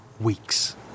weeks